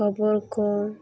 ᱠᱷᱚᱵᱚᱨ ᱠᱚ